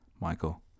Michael